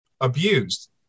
abused